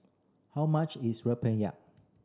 how much is rempeyak